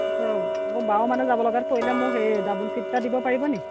আকৌ যাব লগাত পৰিলে মোক সেই ডাবল ছিট এটা দিব পাৰিব নেকি